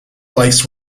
likes